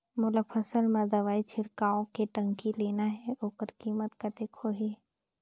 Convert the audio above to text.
मोला फसल मां दवाई छिड़काव के टंकी लेना हे ओकर कीमत कतेक होही?